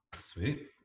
Sweet